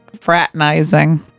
fraternizing